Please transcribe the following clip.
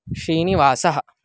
श्रीनिवासः